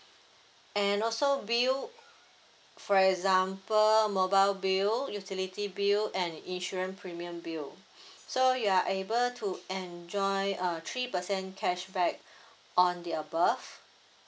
and also bill for example mobile bill utility bill and insurance premium bill so you are able to enjoy uh three percent cashback on the above